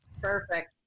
Perfect